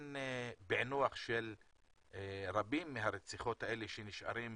שאין פענוח של רבות מהרציחות האלה שנשארות